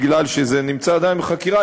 מפני שזה נמצא עדיין בחקירה.